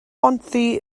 bontddu